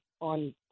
on